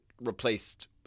replaced